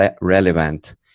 relevant